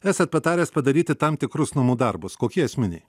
esat pataręs padaryti tam tikrus namų darbus kokie esminiai